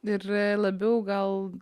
ir labiau gal